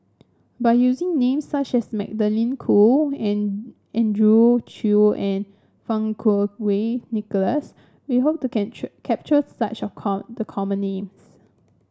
by using names such as Magdalene Khoo and Andrew Chew and Fang Kuo Wei Nicholas we hope to capture such of core the common names